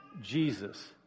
Jesus